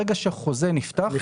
ברגע שחוזה נפתח, הוא נפתח.